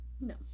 No